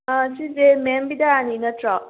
ꯁꯤꯁꯦ ꯃꯦꯝ ꯕꯤꯗ꯭ꯌꯥꯔꯥꯅꯤ ꯅꯠꯇ꯭ꯔꯣ